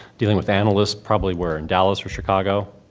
dealing with analysts probably where, in dallas or chicago?